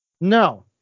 No